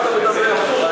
מה אתה מדבר?